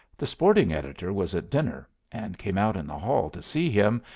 the sporting editor was at dinner and came out in the hall to see him,